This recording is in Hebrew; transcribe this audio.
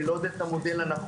אני לא יודע את המודל הנכון,